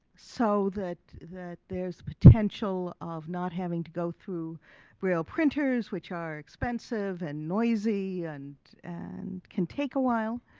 so that, that there's potential of not having to go through braille printers which are expensive and noisy and, and can take awhile.